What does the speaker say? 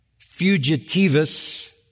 fugitivus